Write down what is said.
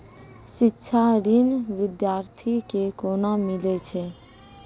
शिक्षा ऋण बिद्यार्थी के कोना मिलै छै?